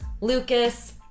Lucas